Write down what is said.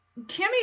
Kimmy